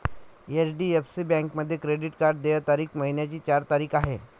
HDFC बँकेमध्ये credit card देय तारीख महिन्याची चार तारीख आहे